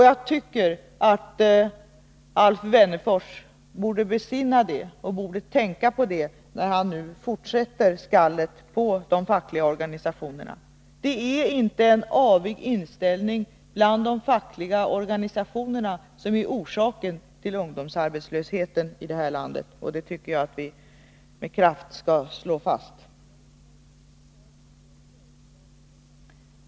Jag tycker att Alf Wennerfors borde besinna och tänka på detta, när han nu fortsätter skallet på de fackliga organisationerna. Det är inte någon avig inställning bland de fackliga organisationerna som är orsaken till ungdomsarbetslösheten i landet, det tycker jag att vi med kraft skall slå fast.